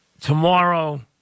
Tomorrow